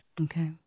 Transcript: Okay